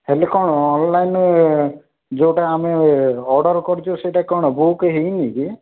ହେଲେ କ'ଣ ଅନଲାଇନ୍ ଯେଉଁଟା ଆମେ ଅର୍ଡ଼ର କରିଛୁ ସେଇଟା କ'ଣ ବୁକ୍ ହେଇନି କି